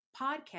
Podcast